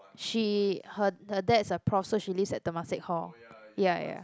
she her her dad's a prof so she lives at Temasek-Hall ya ya ya